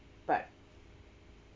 but